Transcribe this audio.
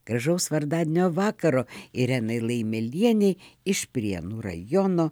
gražaus vardadienio vakaro irenai laimėlienei iš prienų rajono